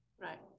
Right